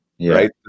right